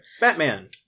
batman